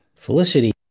Felicity